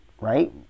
right